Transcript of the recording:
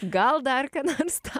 gal dar ką nors tą